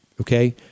okay